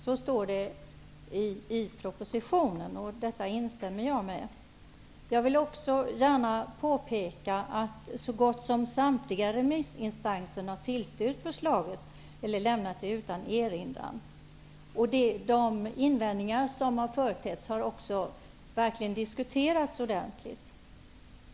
Så står det i propositionen, och jag instämmer i det som sägs där. Jag vill också gärna påpeka att så gott som samtliga remissinstanser har tillstyrkt förslaget eller lämnat det utan erinran. De invändningar som har företrätts har verkligen också diskuterats ordentligt.